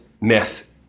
myth